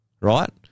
right